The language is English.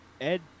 Ed